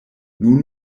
nun